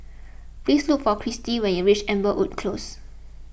please look for Christi when you reach Amberwood Close